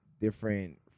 different